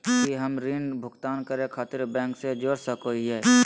की हम ऋण भुगतान करे खातिर बैंक से जोड़ सको हियै?